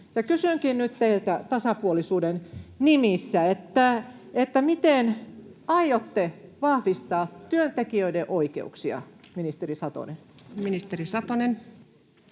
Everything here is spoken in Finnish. Kysynkin nyt teiltä tasapuolisuuden nimissä: miten aiotte vahvistaa työntekijöiden oikeuksia, ministeri Satonen?